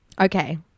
Okay